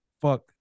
fuck